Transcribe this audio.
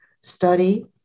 study